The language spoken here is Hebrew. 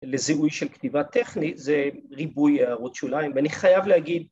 לזהוי של כתיבה טכנית זה ריבוי הערות שוליים ואני חייב להגיד